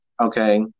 okay